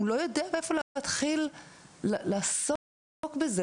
הוא לא יודע מאיפה להתחיל לעסוק בזה.